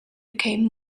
became